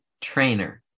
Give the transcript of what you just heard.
trainer